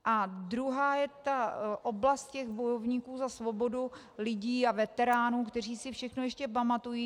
A druhá je oblast těch bojovníků za svobodu, lidí a veteránů, kteří si všechno ještě pamatují.